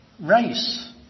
race